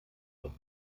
doch